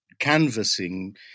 canvassing